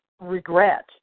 regret